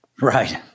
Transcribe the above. Right